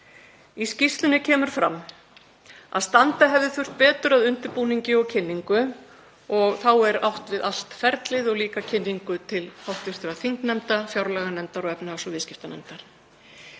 Í skýrslunni kemur fram að standa hefði þurft betur að undirbúningi og kynningu og þá er átt við allt ferlið og líka kynningu til hv. þingnefnda, fjárlaganefndar og efnahags- og viðskiptanefndar.